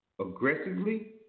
aggressively